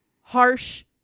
harsh